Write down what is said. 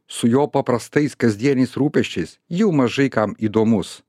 su jo paprastais kasdieniais rūpesčiais jau mažai kam įdomus